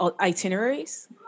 itineraries